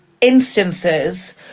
instances